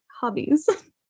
hobbies